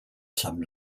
some